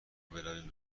برویم